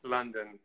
London